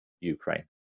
Ukraine